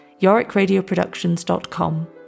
yorickradioproductions.com